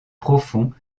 profonds